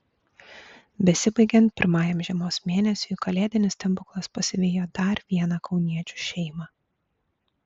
besibaigiant pirmajam žiemos mėnesiui kalėdinis stebuklas pasivijo dar vieną kauniečių šeimą